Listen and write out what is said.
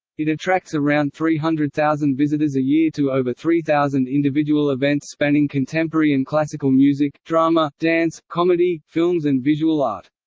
it attracts around three hundred thousand visitors a year to over three thousand individual events spanning contemporary and classical music, drama, dance, comedy, films and visual art.